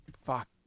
fuck